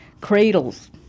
cradles